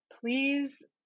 please